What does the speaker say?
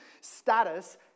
status